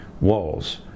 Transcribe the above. walls